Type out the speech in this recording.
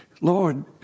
Lord